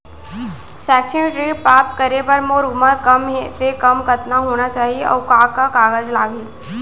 शैक्षिक ऋण प्राप्त करे बर मोर उमर कम से कम कतका होना चाहि, अऊ का का कागज लागही?